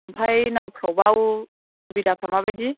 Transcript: ओमफ्राय नावफ्राबा सुबिदाफ्रा माबायदि